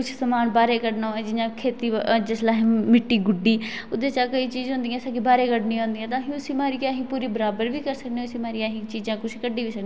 तुस आक्खगेओ उन आहें एह् करना ओह् करना न्हाड़े ने कुछ नीं होना योगा करगे ते बची रौह्गे अज्जकल दी जेह्ड़ी जनरेशन ऐ ओह् चली ड्रग्सै आह्ली सैड उ'नेंगी पता नीं होंदी योगा केह् ऐ